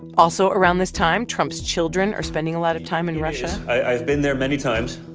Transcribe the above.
also around this time, trump's children are spending a lot of time in russia i've been there many times.